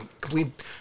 complete